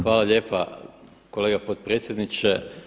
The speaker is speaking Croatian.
Hvala lijepa kolega potpredsjedniče.